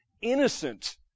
innocent